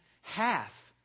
half